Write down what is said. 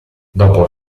dopo